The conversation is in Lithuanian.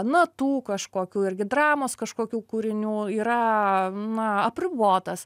natų kažkokių irgi dramos kažkokių kūrinių yra na apribotas